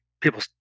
people